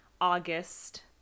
August